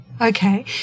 Okay